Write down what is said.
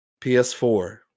PS4